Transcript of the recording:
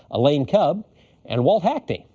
elaine kub and walt hackney.